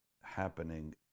happening